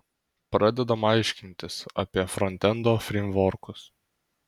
pradedam aiškintis apie frontendo freimvorkus